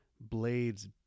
Blades